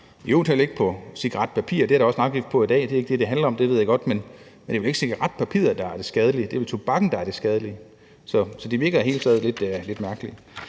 heller ikke på cigaretpapir. Det er der også en afgift på i dag – det er ikke det, det handler om; det ved jeg godt. Men det er jo ikke cigaretpapiret, der er det skadelige. Det er vel tobakken, der er det skadelige. Så det virker i det hele taget lidt mærkeligt.